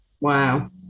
wow